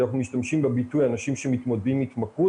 אנחנו משתמשים בביטוי 'אנשים שמתמודדים עם התמכרות'